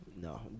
No